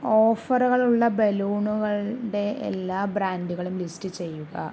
ഓഫറുകളുള്ള ബലൂണുകളുടെ എല്ലാ ബ്രാൻഡുകളും ലിസ്റ്റ് ചെയ്യുക